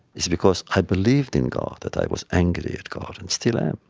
is because i believed in god that i was angry at god, and still am.